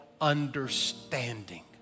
understanding